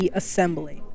assembly